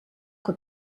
que